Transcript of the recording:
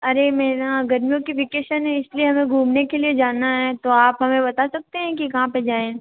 अरे मेरा गर्मियों की वैकैशन है इसलिए हमें घूमने के लिए जाना है तो आप हमें बता सकते हैं कि कहाँ पे जाएं